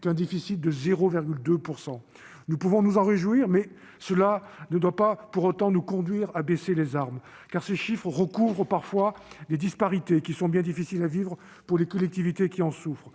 année. Si nous pouvons nous en réjouir, cela ne doit pas pour autant nous conduire à baisser les armes, car ces chiffres recouvrent parfois des disparités dont les conséquences sont bien difficiles à vivre pour les collectivités qui en souffrent.